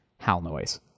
HALNOISE